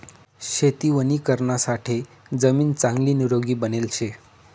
शेती वणीकरणासाठे जमीन चांगली निरोगी बनेल शे